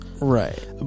Right